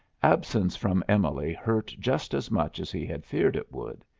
absence from emily hurt just as much as he had feared it would.